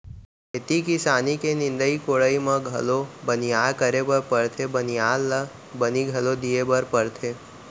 खेती किसानी के निंदाई कोड़ाई म घलौ बनिहार करे बर परथे बनिहार ल बनी घलौ दिये बर परथे